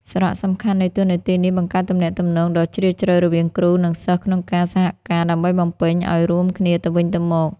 សារៈសំខាន់នៃតួនាទីនេះបង្កើតទំនាក់ទំនងដ៏ជ្រាលជ្រៅរវាងគ្រូ និងសិស្សក្នុងការសហការ ដើម្បីបំពេញឱ្យរួមគ្នាទៅវិញទៅមក។